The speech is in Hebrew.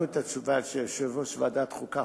שמענו את התשובה של יושב-ראש ועדת חוקה,